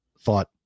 thought